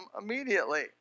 immediately